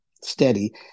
steady